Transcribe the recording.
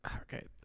okay